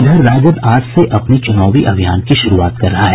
इधर राजद आज से अपने चुनावी अभियान की शुरूआत कर रहा है